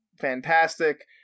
fantastic